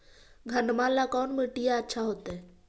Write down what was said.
घनमा ला कौन मिट्टियां अच्छा होतई?